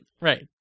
Right